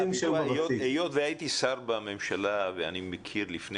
היות והייתי שר בממשלה ואני מכיר לפני